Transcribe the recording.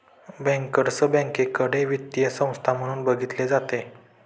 bankers बँकेकडे वित्तीय संस्था म्हणून बघितले जाते